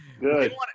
good